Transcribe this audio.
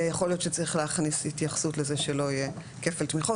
יכול להיות שצריך להכניס התייחסות לזה שלא יהיה כפל תמיכות,